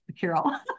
Carol